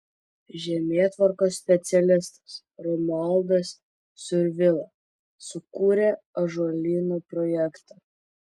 žemėtvarkos specialistas romualdas survila sukūrė ąžuolyno projektą